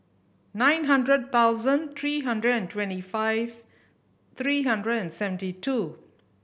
nine hundred thousand three hundred and twenty five three hundred and seventy two